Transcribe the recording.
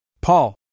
Paul